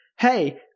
hey